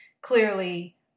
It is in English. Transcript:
clearly